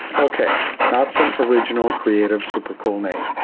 okay, not some original creative, super cool name.